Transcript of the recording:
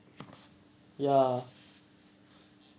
ya